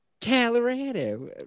Colorado